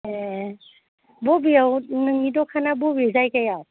ए बबेयाव नोंनि दखाना बबे जायगायाव